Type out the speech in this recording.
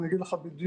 אני אגיד לך בדיוק.